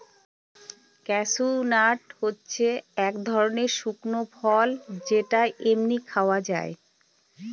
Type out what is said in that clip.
cashew nut হচ্ছে এক ধরনের শুকনো ফল যেটা এমনি খাওয়া যায়